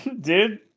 dude